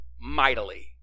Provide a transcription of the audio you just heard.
mightily